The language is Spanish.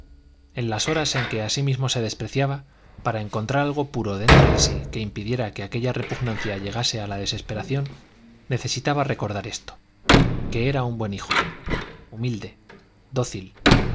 en las horas en que a sí mismo se despreciaba para encontrar algo puro dentro de sí que impidiera que aquella repugnancia llegase a la desesperación necesitaba recordar esto que era un buen hijo humilde dócil